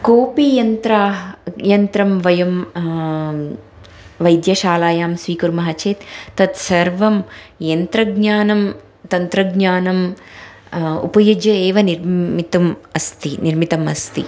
कोपि यन्त्राणि यन्त्रं वयं वैद्यशालायां स्वीकुर्मः चेत् तत्सर्वं यन्त्रज्ञानं तन्त्रज्ञानम् उपयुज्य एव निर्मितम् अस्ति निर्मितम् अस्ति